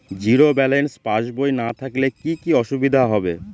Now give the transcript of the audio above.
Zero balance পাসবই না থাকলে কি কী অসুবিধা হবে?